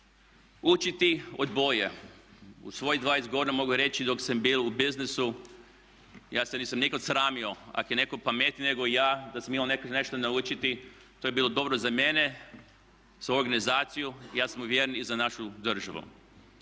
Učiti od boljeg. U svojih 20 godina mogu reći dok sam bio u biznisu ja se nisam nikad sramio ako je netko pametniji nego ja, da sam imao nešto naučiti. To je bilo dobro za mene, za organizaciju, ja sam uvjeren i za našu državu.